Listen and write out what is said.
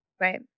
Right